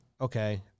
okay